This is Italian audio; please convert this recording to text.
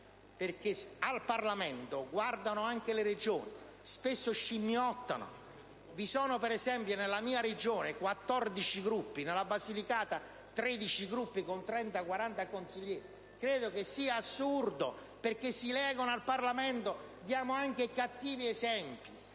perché al Parlamento guardano anche le Regioni, che spesso lo scimmiottano. Per esempio, nella mia Regione vi sono 14 Gruppi; in Basilicata, 13 Gruppi con 30-40 consiglieri. Credo che ciò sia assurdo, perché si legano al Parlamento! Diamo quindi anche cattivi esempi.